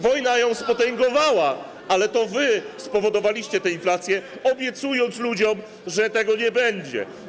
Wojna ją spotęgowała, ale to wy spowodowaliście tę inflację, obiecując ludziom, że jej nie będzie.